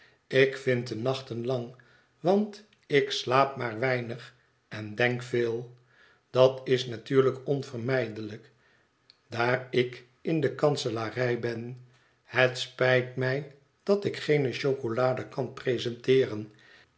ik vind de nachten lang want ik slaap maar weinig en denk veel dat is natuurlijk onvermijdelijk daar ik in de kanselarij hen het spijt mij dat ik geene chocolade kan presenteeren